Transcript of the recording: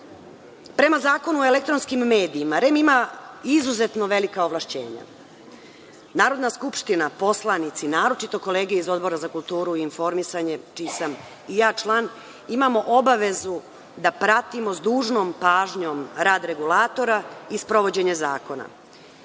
Zakonu o elektronskim medijima, REM iza izuzetno velika ovlašćenja. Narodna skupština, poslanici, naročito kolege iz Odbora za kulturu i informisanje, čiji sam i ja član, imamo obavezu da pratimo s dužnom pažnjom rad regulatora i sprovođenje zakona.